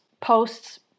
posts